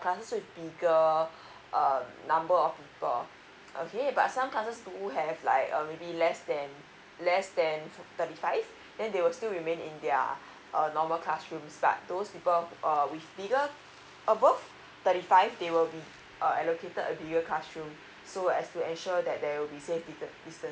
classes with bigger uh number of people okay but some classes do have like um maybe less than less than thirty five then they will still remain in their err normal classrooms but those people uh with figure above thirty five they will be allocated a bigger classroom so as to ensure that there will be safe distance